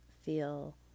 feel